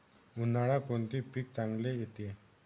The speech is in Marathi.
उन्हाळ्यात कोणते पीक चांगले येते?